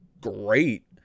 great